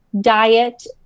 diet